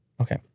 Okay